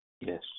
Yes